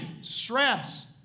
stress